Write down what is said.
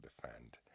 defend